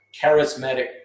charismatic